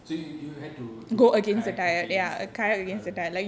so you you had to to kayak against the current